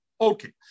Okay